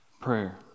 prayer